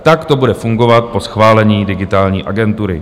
Tak to bude fungovat po schválení Digitální agentury.